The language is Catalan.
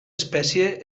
espècie